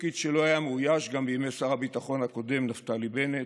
תפקיד שלא אויש גם בידי שר הביטחון הקודם נפתלי בנט,